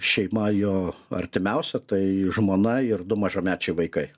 šeima jo artimiausia tai žmona ir du mažamečiai vaikai